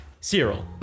Cyril